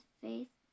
face